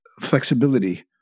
flexibility